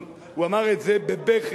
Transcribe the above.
הוא אמר את זה בבכי,